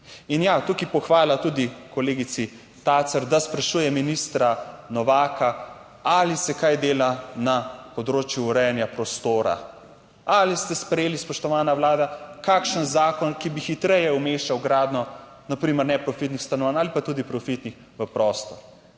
In ja, tukaj pohvala tudi kolegici Tacer, da sprašujem ministra Novaka ali se kaj dela na področju urejanja prostora? Ali ste sprejeli, spoštovana Vlada, kakšen zakon, ki bi hitreje umeščal gradnjo, na primer neprofitnih stanovanj ali pa tudi profitnih v prostor?